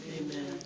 Amen